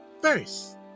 First